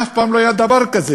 אף פעם לא היה דבר כזה.